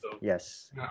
Yes